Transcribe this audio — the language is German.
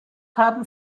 haben